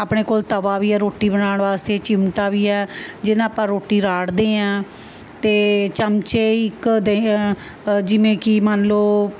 ਆਪਣੇ ਕੋਲ ਤਵਾ ਵੀ ਹੈ ਰੋਟੀ ਬਣਾਉਣ ਵਾਸਤੇ ਚਿਮਟਾ ਵੀ ਹੈ ਜਿਹਦੇ ਨਾਲ ਆਪਾਂ ਰੋਟੀ ਰਾੜ੍ਹਦੇ ਹਾਂ ਅਤੇ ਚਮਚੇ ਇੱਕ ਦੇ ਜਿਵੇਂ ਕਿ ਮੰਨ ਲਓ